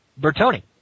Bertoni